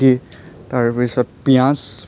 দি তাৰ পিছত পিঁয়াজ